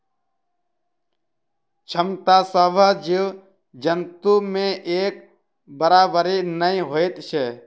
क्षमता सभ जीव जन्तु मे एक बराबरि नै होइत छै